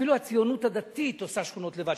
אפילו הציונות הדתית עושה שכונות לבד,